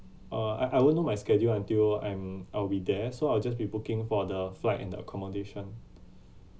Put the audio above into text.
uh I I won't know my schedule until I'm I'll be there so I'll just be booking for the flight and accommodation